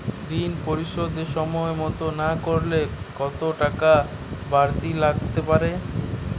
ঋন পরিশোধ সময় মতো না করলে কতো টাকা বারতি লাগতে পারে?